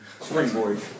Springboard